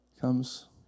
comes